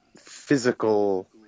physical